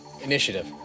Initiative